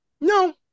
No